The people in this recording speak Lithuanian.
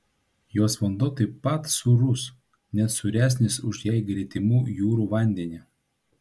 jos vanduo taip pat sūrus net sūresnis už jai gretimų jūrų vandenį